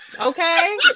Okay